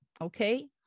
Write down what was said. okay